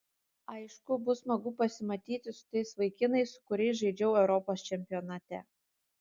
aišku bus smagu pasimatyti su tais vaikinais su kuriais žaidžiau europos čempionate